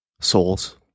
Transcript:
souls